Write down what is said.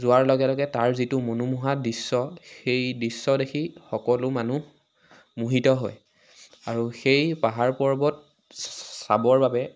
যোৱাৰ লগে লগে তাৰ যিটো মনোমোহা দৃশ্য সেই দৃশ্য দেখি সকলো মানুহ মুহিত হয় আৰু সেই পাহাৰ পৰ্বত চাবৰ বাবে